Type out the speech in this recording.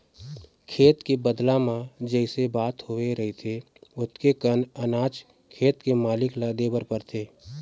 खेत के बदला म जइसे बात होवे रहिथे ओतके कन अनाज खेत के मालिक ल देबर परथे